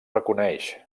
reconeix